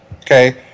okay